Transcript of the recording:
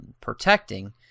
protecting